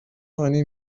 هانی